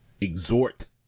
exhort